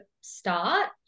start